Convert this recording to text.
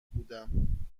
بودم